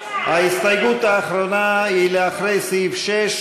ההסתייגות האחרונה היא לאחרי סעיף 6,